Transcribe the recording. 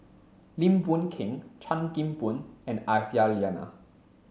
Lim Boon Keng Chan Kim Boon and Aisyah Lyana